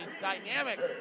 dynamic